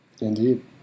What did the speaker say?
indeed